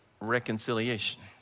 reconciliation